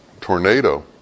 tornado